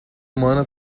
humana